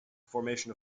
formation